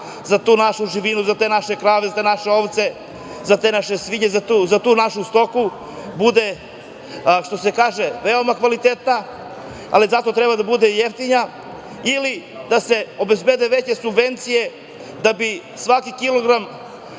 za tu našu živinu, za te naše krave, za naše ovce, za te naše svinje, za tu našu stoku bude, što se kaže, veoma kvalitetna. Zato treba da bude i jeftina ili da se obezbede veće subvencije da bi svaki kilogram